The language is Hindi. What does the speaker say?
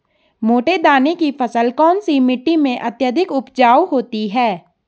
मोटे दाने की फसल कौन सी मिट्टी में अत्यधिक उपजाऊ होती है?